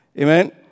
Amen